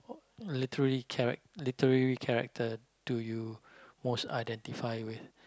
literary charac~ literary character do you most identify with